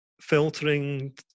filtering